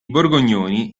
borgognoni